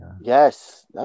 Yes